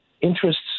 interests